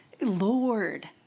Lord